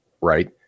right